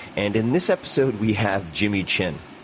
and in this episode, we have jimmy chin.